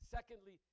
Secondly